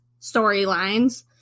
storylines